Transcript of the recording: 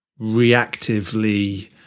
reactively